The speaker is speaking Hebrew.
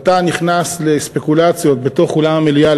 ואתה נכנס לספקולציות בתוך אולם המליאה,